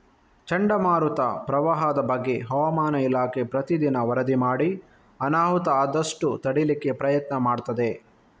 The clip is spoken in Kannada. ಚಂಡಮಾರುತ, ಪ್ರವಾಹದ ಬಗ್ಗೆ ಹವಾಮಾನ ಇಲಾಖೆ ಪ್ರತೀ ದಿನ ವರದಿ ಮಾಡಿ ಅನಾಹುತ ಆದಷ್ಟು ತಡೀಲಿಕ್ಕೆ ಪ್ರಯತ್ನ ಮಾಡ್ತದೆ